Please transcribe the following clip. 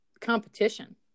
competition